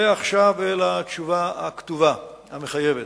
ועכשיו אל התשובה הכתובה, המחייבת: